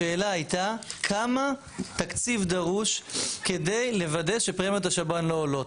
השאלה הייתה כמה תקציב דרוש כדי לוודא שבפרמיות השב"ן לא עולות.